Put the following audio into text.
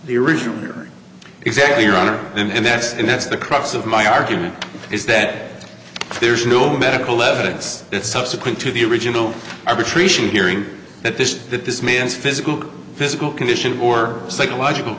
the original here exactly your honor and that's and that's the crux of my argument is that there's no medical evidence subsequent to the original arbitration hearing that this that this man's physical physical condition or psychological